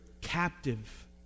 captive